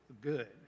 good